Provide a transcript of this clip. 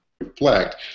reflect